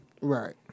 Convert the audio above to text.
Right